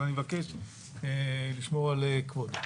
אז אני מבקש לשמור על כבודו.